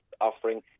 offering